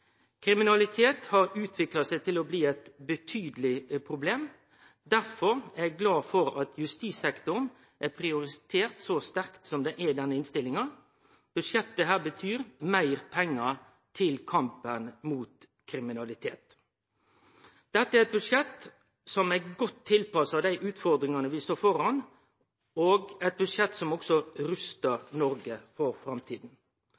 Kriminalitet har utvikla seg til å bli eit betydeleg problem. Derfor er eg glad for at justissektoren er prioritert så sterkt som han er i denne innstillinga. Dette budsjettet betyr meir pengar til kampen mot kriminalitet. Dette er eit budsjett som er godt tilpassa dei ufordringane vi står føre, og eit budsjett som også rustar Noreg for framtida.